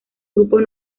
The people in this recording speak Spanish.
grupos